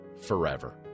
forever